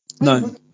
No